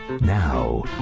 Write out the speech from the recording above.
Now